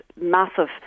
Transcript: massive